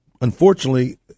unfortunately